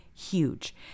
huge